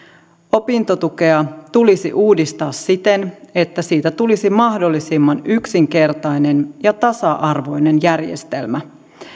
opintotukea tulisi uudistaa siten että siitä tulisi mahdollisimman yksinkertainen ja tasa arvoinen järjestelmä